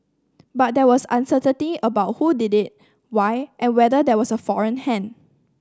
but there was uncertainty about who did it why and whether there was a foreign hand